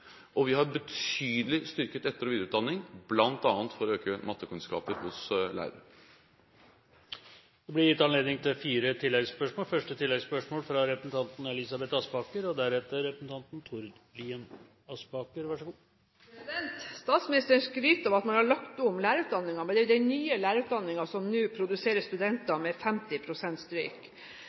og vi har styrket etter- og videreutdanningen betydelig, bl.a. for å øke mattekunnskapene hos lærere. Det blir gitt anledning til fire oppfølgingsspørsmål – først fra Elisabeth Aspaker. Statsministeren skryter av at man har lagt om lærerutdanningen, men det er jo den nye lærerutdanningen som nå produserer studenter med 50 pst. stryk.